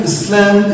Islam